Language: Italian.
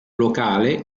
locale